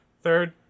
third